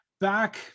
Back